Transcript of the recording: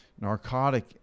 narcotic